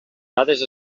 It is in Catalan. dades